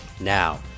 Now